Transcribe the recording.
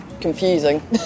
Confusing